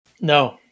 no